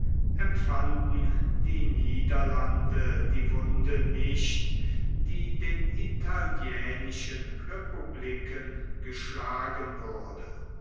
empfanden die niederlande die wunde nicht die den italienischen republiken geschlagen wurde